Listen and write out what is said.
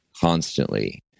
constantly